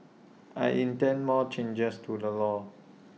I intend more changes to the law